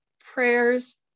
prayers